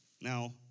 Now